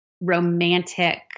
romantic